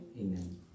Amen